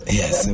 Yes